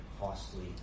costly